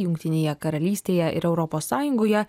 jungtinėje karalystėje ir europos sąjungoje